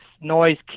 noise